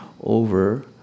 over